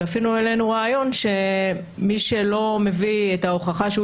ואפילו העלינו רעיון שמי שלא הביא את ההוכחה שהוא